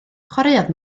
chwaraeodd